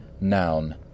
Noun